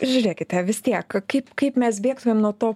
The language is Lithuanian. žiūrėkite vis tiek kaip kaip mes bėgtumėm nuo to